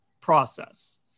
process